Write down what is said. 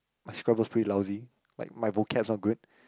my Scrabble is pretty lousy like my vocabs are good